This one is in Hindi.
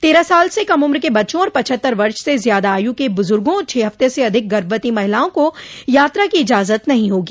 तेरह साल से कम उम्र के बच्चों और पछत्तर वर्ष से ज्यादा आयु के बुजुर्गो और छः हफ्ते से अधिक गर्भवती महिलाओं को यात्रा की इजाजत नहीं होगी